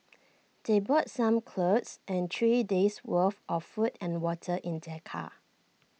they brought some clothes and three days' worth of food and water in their car